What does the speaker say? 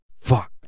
Fuck